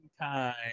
time